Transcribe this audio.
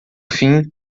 fim